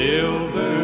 Silver